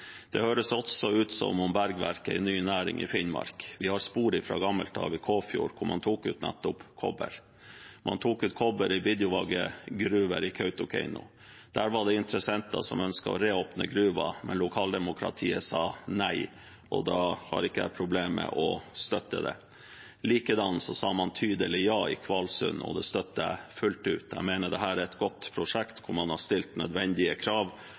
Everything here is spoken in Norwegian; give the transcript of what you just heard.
Det høres også ut som om bergverk er en ny næring i Finnmark. Vi har spor fra gammelt av i Kåfjord, hvor man tok ut nettopp kobber. Man tok ut kobber i Biddjovagge gruve i Kautokeino. Der var det interessenter som ønsket å reåpne gruven, men lokaldemokratiet sa nei, og da har ikke jeg problem med å støtte det. Likedan sa man tydelig ja i Kvalsund, og det støtter jeg fullt ut. Jeg mener dette er et godt prosjekt, der man har stilt nødvendige krav,